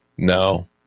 No